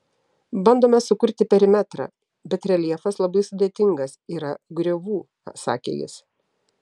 bandome sukurti perimetrą bet reljefas labai sudėtingas yra griovų sakė jis